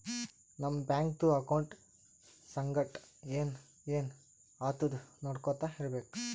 ನಮ್ ಬ್ಯಾಂಕ್ದು ಅಕೌಂಟ್ ಸಂಗಟ್ ಏನ್ ಏನ್ ಆತುದ್ ನೊಡ್ಕೊತಾ ಇರ್ಬೇಕ